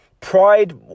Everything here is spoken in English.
Pride